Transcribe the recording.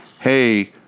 hey